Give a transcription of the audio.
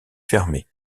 fermé